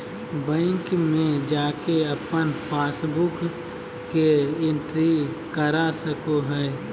bank में जाके अपन पासबुक के एंट्री करा सको हइ